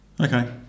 Okay